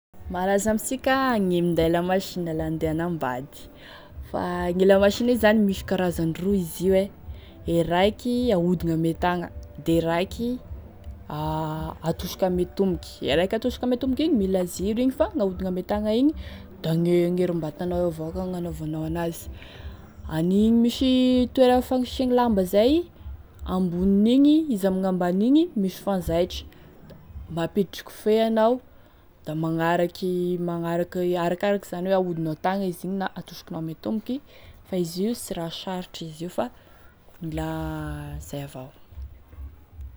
Malaza amisika agny e minday lamasina la andeha anambady, fa gne lamasina io zany misy karazany roy izy io, e raiky ahodigny ame tagna, da e raiky, atosoky ame tomboky, e raiky atosoky ame tomboky igny mila ziro igny, fa gn'ahodiny ame tagna igny da gne gn'herim-batanao avao gn'hanovanao an'azy, hanign- misy toeragny fagnisiany lamba zay, ambon'igny izy ame ambanin'igny misy fanzaitry, mampiditry kofehy anao da magnaraky magnaraky arakaraky hoe zany ahodinao tagna izy igny na, atosikinao ame tomboky, fa izy io sy raha sarotry izy io, fa mila zay avao.